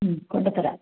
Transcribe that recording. മ്മ് കൊണ്ട് തരാം